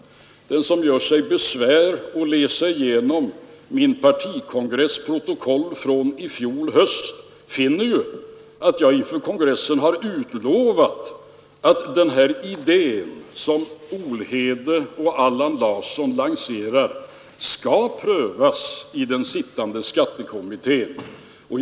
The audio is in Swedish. Den som gör sig besväret att läsa igenom min partikongress protokoll från i fjol höst finner ju, att jag inför kongressen har utlovat att den här idén som Olhede och Allan Larsson lanserar skall prövas i den sittande skattekommittén.